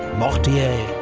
mortier.